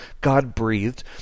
God-breathed